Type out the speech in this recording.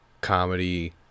comedy